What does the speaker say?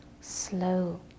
slow